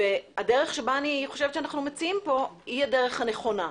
והדרך שאנו מציעים פה לטעמי, היא הדרך הנכונה.